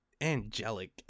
angelic